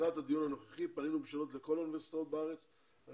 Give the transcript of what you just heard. לקראת הדיון הנוכחי פנינו בשאלות לכל האוניברסיטאות בארץ על